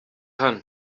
hano